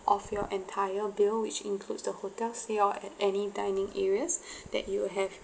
off your entire bill which includes the hotel stay or at any dining areas that you have